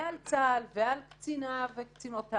ועל צה"ל ועל קציניו וקצינותיו,